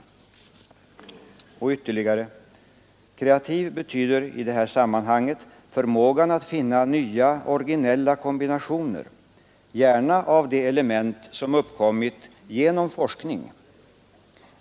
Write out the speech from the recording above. Litet längre fram i motionen skriver jag: ”Kreativitet betyder i detta sammanhang förmågan att finna nya, originella kombinationer — gärna av de element som tillkommit genom forskning.